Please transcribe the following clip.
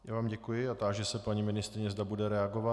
Já vám děkuji a táži se paní ministryně, zda bude reagovat.